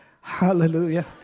Hallelujah